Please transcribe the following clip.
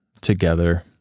together